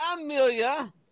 Amelia